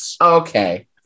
Okay